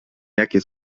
jakie